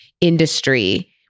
industry